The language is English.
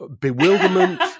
bewilderment